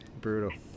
brutal